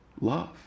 Love